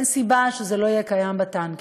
ואין סיבה שזה לא יהיה קיים בטנקים.